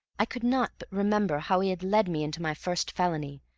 i could not but remember how he had led me into my first felony,